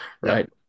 Right